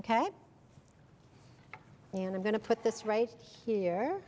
ok and i'm going to put this right here